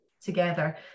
together